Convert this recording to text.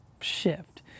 shift